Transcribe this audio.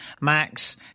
Max